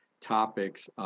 topics